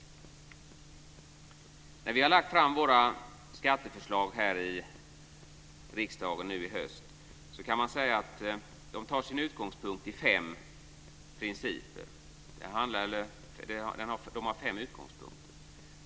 Vi har här i riksdagen nu i höst lagt fram våra skatteförslag. De har fem utgångspunkter.